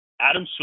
Adam